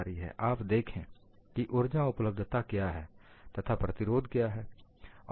आप देखें कि उर्जा उपलब्धता क्या है तथा प्रतिरोध क्या है